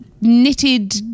knitted